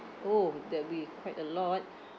orh that would be quite a lot